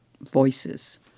voices